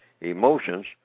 Emotions